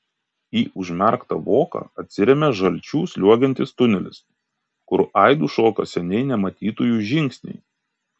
į užmerktą voką atsiremia žalčiu sliuogiantis tunelis kur aidu šoka seniai nematytųjų žingsniai